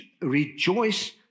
rejoice